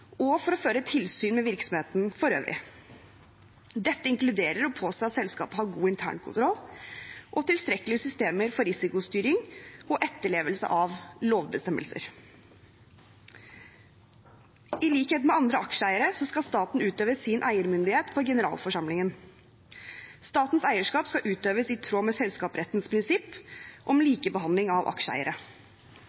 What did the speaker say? og å føre tilsyn med virksomheten for øvrig. Dette inkluderer å påse at selskapet har god internkontroll og tilstrekkelige systemer for risikostyring og etterlevelse av lovbestemmelser. I likhet med andre aksjeeiere skal staten utøve sin eiermyndighet på generalforsamlingen. Statens eierskap skal utøves i tråd med selskapsrettens prinsipp om